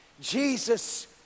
Jesus